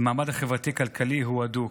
למעמד החברתי-כלכלי הוא הדוק.